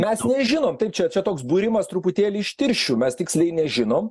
mes nežinom taip čia čia toks būrimas truputėlį iš tirščių mes tiksliai nežinom